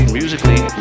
musically